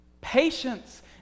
Patience